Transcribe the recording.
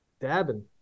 Dabbing